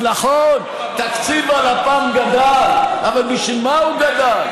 אז נכון, תקציב הלפ"מ גדל, אבל בשביל מה הוא גדל?